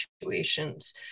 situations